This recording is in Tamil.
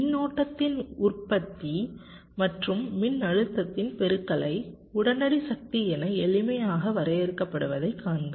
மின்னோட்டத்தின் உற்பத்தி மற்றும் மின்னழுத்தத்தின் பெருக்கலை உடனடி சக்தி என எளிமையாக வரையறுக்கப்படுவதைக் காண்க